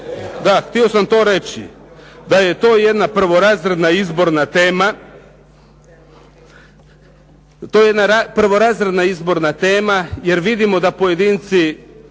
Da, htio sam to reći. Da je to jedna prvorazredna izborna tema. To je jedna